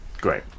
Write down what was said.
Great